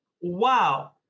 Wow